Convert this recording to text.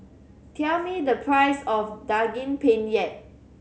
tell me the price of Daging Penyet